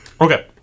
Okay